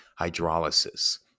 Hydrolysis